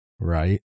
Right